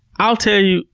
i'll tell you, you,